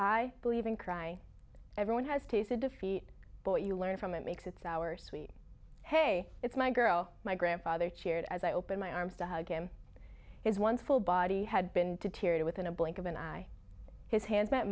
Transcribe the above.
i believe in cry everyone has tasted defeat but you learn from it makes it's our sweet hey it's my girl my grandfather cheered as i opened my arms to hug him his one full body had been to tear it with in a blink of an eye his hands